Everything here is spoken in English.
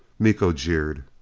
miko jeered,